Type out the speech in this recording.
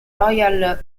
royal